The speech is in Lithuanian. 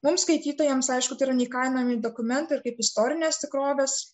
mums skaitytojams aišku tai yra neįkainojami dokumentai ir kaip istorinės tikrovės